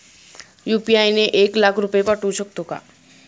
UPI ने एक लाख रुपये पाठवू शकतो का?